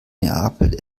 neapel